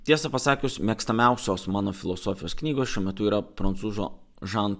tiesą pasakius mėgstamiausios mano filosofijos knygos šiuo metu yra prancūzo žano